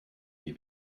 die